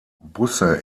busse